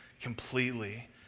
completely